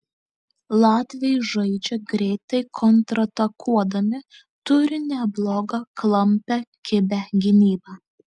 latviai žaidžia greitai kontratakuodami turi neblogą klampią kibią gynybą